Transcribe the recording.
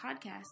Podcast